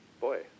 boy